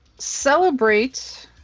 Celebrate